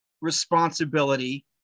responsibility